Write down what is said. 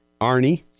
arnie